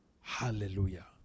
Hallelujah